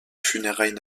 funérailles